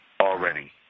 Already